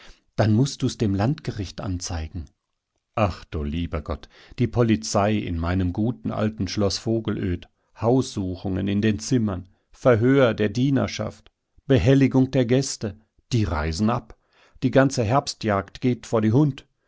dann mußt du's dem landgericht anzeigen ach du lieber gott die polizei in meinem guten alten schloß vogelöd haussuchungen in den zimmern verhör der dienerschaft behelligung der gäste die reisen ab die ganze herbstjagd geht vor die hund